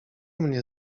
mnie